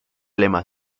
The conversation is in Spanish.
lema